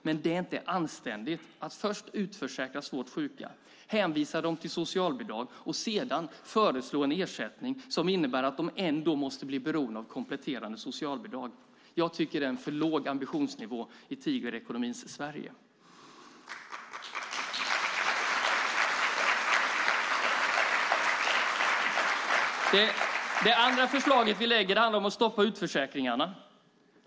Men det är inte anständigt att först utförsäkra svårt sjuka, hänvisa dem till socialbidrag och sedan föreslå en ersättning som innebär att de ändå måste bli beroende av att komplettera med socialbidrag. Jag tycker att det är en för låg ambitionsnivå i tigerekonomin Sverige. Det andra förslaget vi lägger fram handlar om att stoppa utförsäkringarna.